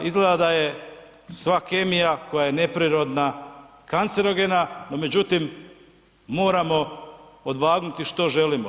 Izgleda da je sva kemija koja je neprirodna, kancerogena no međutim, moramo odvagnuti što želimo.